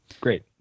great